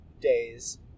days